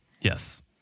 Yes